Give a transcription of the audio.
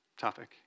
topic